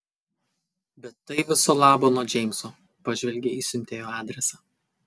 bet tai viso labo nuo džeimso pažvelgė į siuntėjo adresą